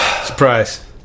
surprise